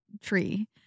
tree